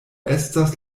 estas